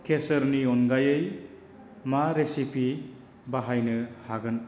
केसरनि अनगायै मा रेसिपि बाहायनो हागोन